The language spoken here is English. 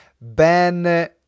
Ben